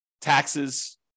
taxes